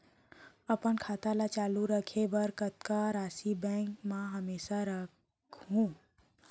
अपन खाता ल चालू रखे बर कतका राशि बैंक म हमेशा राखहूँ?